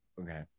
okay